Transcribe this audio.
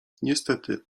niestety